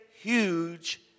huge